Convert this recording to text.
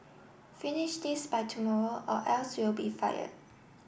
finish this by tomorrow or else you'll be fired